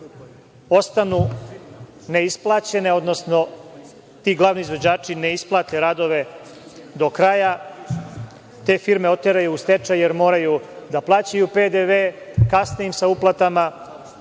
ostanu neisplaćene, odnosno ti glavni izvođači ne isplate radove do kraja, te firme oteraju u stečaj jer moraju da plaćaju PDV, kasne im sa uplatama